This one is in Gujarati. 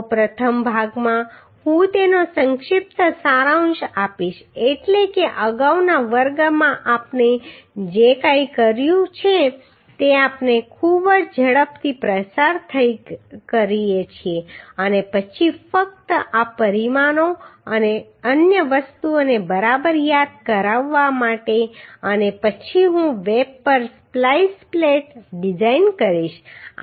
તો પ્રથમ ભાગમાં હું તેનો સંક્ષિપ્ત સારાંશ આપીશ એટલે કે અગાઉના વર્ગમાં આપણે જે કંઈ કર્યું છે તે આપણે ખૂબ જ ઝડપથી પસાર કરીએ છીએ અને પછી ફક્ત આ પરિમાણો અને અન્ય વસ્તુઓને બરાબર યાદ કરાવવા માટે અને પછી હું વેબ પર સ્પ્લાઈસ પ્લેટ ડિઝાઇન કરીશ